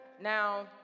Now